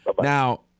Now